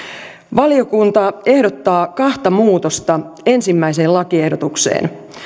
valiokunta ehdottaa kahta muutosta ensimmäiseen lakiehdotukseen